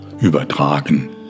Übertragen